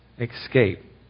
escape